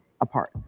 apart